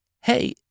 Hey